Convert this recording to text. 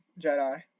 Jedi